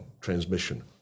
transmission